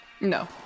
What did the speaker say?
No